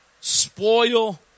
spoil